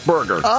Burger